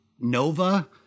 Nova